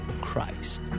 Christ